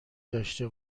داشته